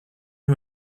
who